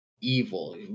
evil